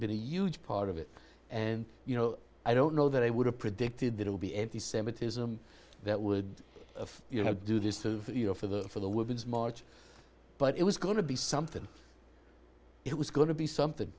been a huge part of it and you know i don't know that i would have predicted it would be any semitism that would you know do this to you know for the for the women's march but it was going to be something it was going to be something